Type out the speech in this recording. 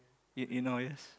it in our ears